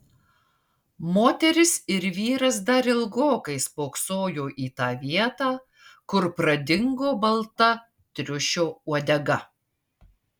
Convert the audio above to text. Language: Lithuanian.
moteris ir vyras dar ilgokai spoksojo į tą vietą kur pradingo balta triušio uodega